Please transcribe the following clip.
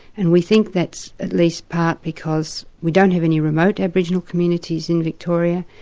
and we think that's at least part because we don't have any remote aboriginal communities in victoria,